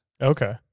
Okay